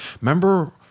remember